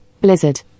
blizzard